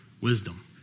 Wisdom